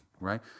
right